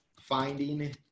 finding